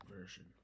version